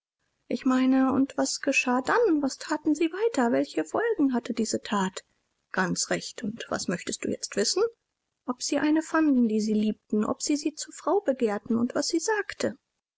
ich meine und was geschah dann was thaten sie weiter welche folgen hatte diese that ganz recht und was möchtest du jetzt wissen ob sie eine fanden die sie liebten ob sie sie zur frau begehrten und was sie sagte